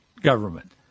government